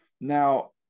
Now